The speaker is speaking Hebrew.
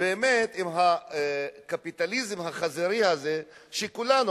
באמת הקפיטליזם החזירי הזה שכולנו,